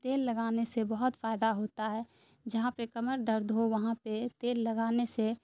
تیل لگانے سے بہت فائدہ ہوتا ہے جہاں پہ کمر درد ہو وہاں پہ تیل لگانے سے